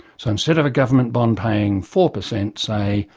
so instead of a government bond paying four percent say,